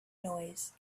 noise